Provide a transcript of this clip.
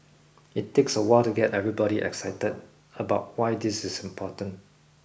it takes a while to get everybody excited about why this is important